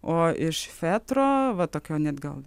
o iš fetro va tokio net gal